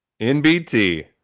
NBT